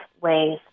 ways